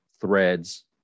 threads